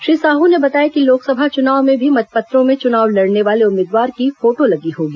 श्री साहू ने बताया कि लोकसभा चुनाव में भी मतपत्रों में चुनाव लड़ने वाले उम्मीदवार की फोटो लगी होगी